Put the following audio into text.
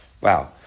Wow